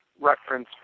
reference